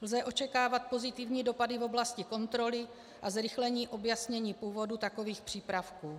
Lze očekávat pozitivní dopady v oblasti kontroly a zrychlení objasnění původu takových přípravků.